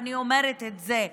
ואני אומרת את זה: